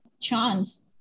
chance